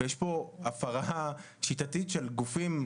יש פה הפרה שיטתית של גופים,